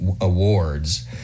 awards